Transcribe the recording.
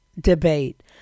debate